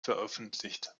veröffentlicht